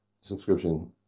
subscription